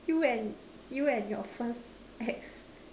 you and you and your first ex